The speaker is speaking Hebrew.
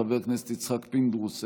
חבר הכנסת יצחק פינדרוס,